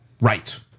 right